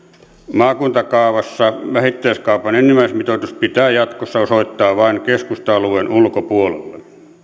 maakuntakaavassa vähittäiskaupan enimmäismitoitus pitää jatkossa osoittaa vain keskusta alueen ulkopuolelle